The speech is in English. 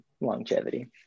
longevity